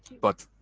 but